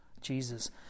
Jesus